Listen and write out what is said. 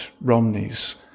Romneys